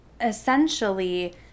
essentially